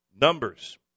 Numbers